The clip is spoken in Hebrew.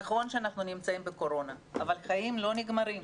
נכון שאנחנו נמצאים בקורונה, אבל החיים לא נגמרים.